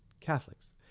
Catholics